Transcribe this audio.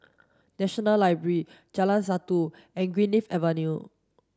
National Library Jalan Satu and Greenleaf Avenue